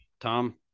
Tom